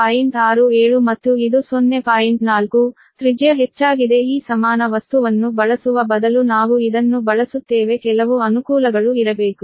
4 ತ್ರಿಜ್ಯ ಹೆಚ್ಚಾಗಿದೆ ಈ ಸಮಾನ ವಸ್ತುವನ್ನು ಬಳಸುವ ಬದಲು ನಾವು ಇದನ್ನು ಬಳಸುತ್ತೇವೆ ಕೆಲವು ಅನುಕೂಲಗಳು ಇರಬೇಕು